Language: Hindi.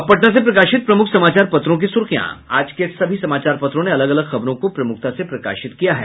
अब पटना से प्रकाशित प्रमुख समाचार पत्रों की सुर्खियां आज के सभी समाचार पत्रों ने अलग अलग खबरों को प्रमुखता से प्रकाशित किया है